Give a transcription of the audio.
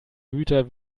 güter